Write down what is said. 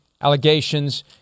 allegations